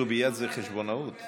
חסוביאת זה חשבונאות?